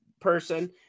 person